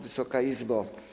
Wysoka Izbo!